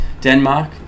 Denmark